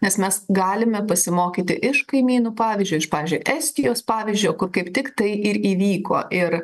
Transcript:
nes mes galime pasimokyti iš kaimynų pavyzdžio iš pavyzdžiui estijos pavyzdžio ko kaip tik tai ir įvyko ir